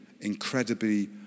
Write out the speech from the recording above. incredibly